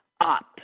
up